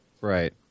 right